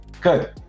Good